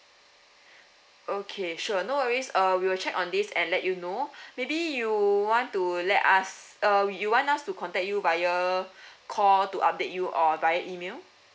okay sure no worries uh we will check on this and let you know maybe you want to let us uh you want us to contact you via call to update you or via email